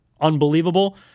unbelievable